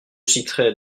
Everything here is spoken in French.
citerai